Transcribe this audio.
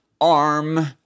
arm